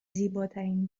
زیباترین